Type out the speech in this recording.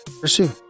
pursue